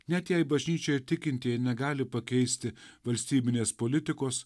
net jei bažnyčia ir tikintieji negali pakeisti valstybinės politikos